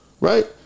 Right